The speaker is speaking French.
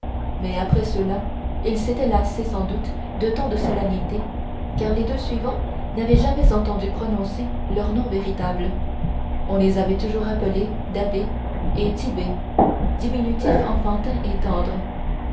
mais après ceux-là ils s'étaient lassés sans doute de tant de solennité car les deux suivants n'avaient jamais entendu prononcer leurs noms véritables on les avait toujours appelés da'bé et tit'bé diminutifs enfantins